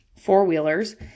four-wheelers